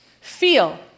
feel